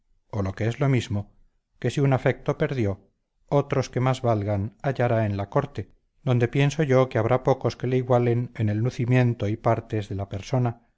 o lo que es lo mismo que si un afecto perdió otros que más valgan hallará en la corte donde pienso yo que habrá pocos que le igualen en el lucimiento y partes de la persona